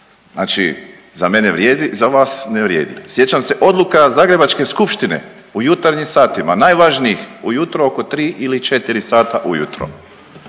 Znači za mene vrijedi za vas ne vrijedi. Sjećam se odluka Zagrebačke skupštine u jutarnjim satima najvažnijih, ujutro oko tri ili četiri sata ujutro.